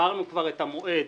עברנו כבר את המועד